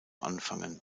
anfangen